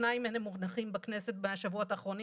שניים מהם מונחים בכנסת בשבועות האחרונים.